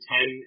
Ten